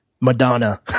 Madonna